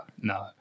no